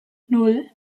nan